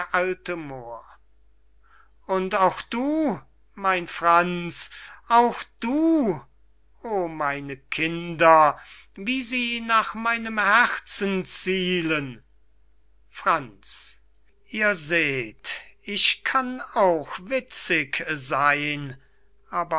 a moor und auch du mein franz auch du o meine kinder wie sie nach meinem herzen zielen franz ihr seht ich kann auch witzig seyn